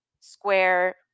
square